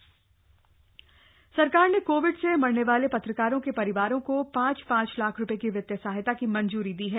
वितीय सहायता सरकार ने कोविड से मरने वाले पत्रकारों के परिवारों को पांच पांच लाख रुपये की वित्तीय सहायता की मंजूरी दी है